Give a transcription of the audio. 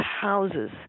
houses